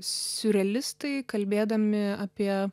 siurrealistai kalbėdami apie